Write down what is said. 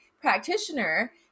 practitioner